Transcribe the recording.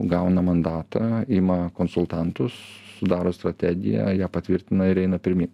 gauna mandatą ima konsultantus sudaro strategiją ją patvirtina ir eina pirmyn